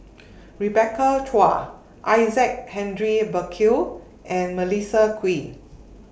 Rebecca Chua Isaac Henry Burkill and Melissa Kwee